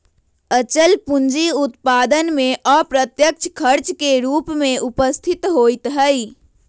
अचल पूंजी उत्पादन में अप्रत्यक्ष खर्च के रूप में उपस्थित होइत हइ